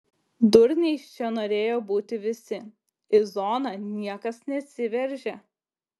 durniais čia norėjo būti visi į zoną niekas nesiveržė